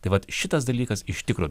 tai vat šitas dalykas iš tikro